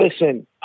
Listen